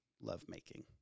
lovemaking